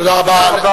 תודה רבה.